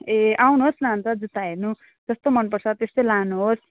ए आउनुहोस् न अन्त जुत्ता हेर्नु जस्तो मनपर्छ त्यस्तै लानुहोस्